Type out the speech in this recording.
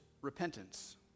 Repentance